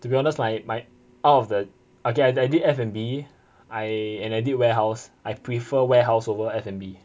to be honest like my out of the okay I did F&B I and I did warehouse I prefer warehouse over F&B